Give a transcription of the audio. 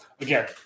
again